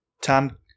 Tom